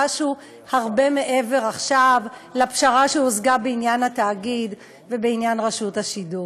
משהו הרבה מעבר לפשרה שהושגה עכשיו בעניין התאגיד ובעניין רשות השידור.